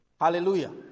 Hallelujah